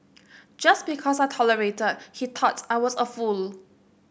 just because I tolerated he thought I was a fool